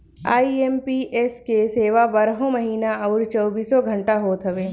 IMPS के सेवा बारहों महिना अउरी चौबीसों घंटा होत हवे